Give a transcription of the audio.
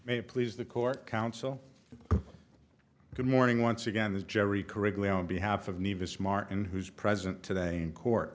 may please the court counsel good morning once again is jerry correctly on behalf of need this martin who's present today in court